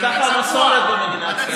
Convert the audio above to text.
כי ככה המסורת במדינת ישראל, מה לעשות.